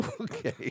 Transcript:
Okay